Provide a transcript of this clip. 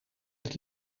het